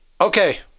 okay